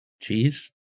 Cheese